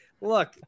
Look